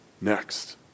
next